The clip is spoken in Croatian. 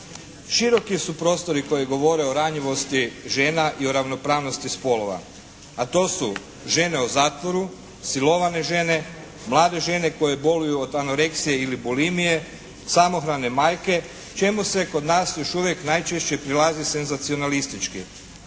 Široki su prostori koji govore o ranjivosti žena i ravnopravnosti spolova, a to su žene u zatvoru, silovane žene, mlade žene koje boluju od anoreksije ili bulimije, samohrane majke, čemu se kod nas još uvijek najčešće prilazi senzacionalistički.